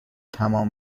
تمام